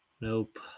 Nope